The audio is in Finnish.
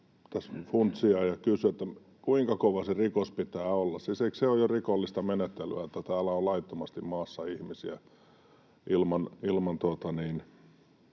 tässä funtsia ja kysyä sitä, että kuinka kova sen rikoksen pitää olla. Siis eikö se ole jo rikollista menettelyä, että täällä on laittomasti maassa ihmisiä